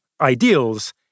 ideals